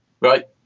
right